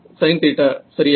sin θ சரியா